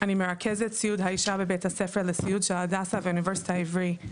ואני מרכזת סיעוד האישה בבית הספר לסיעוד של הדסה והאוניברסיטה העברית.